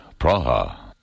Praha